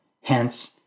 Hence